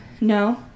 No